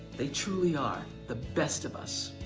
they truly are the best of us,